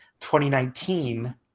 2019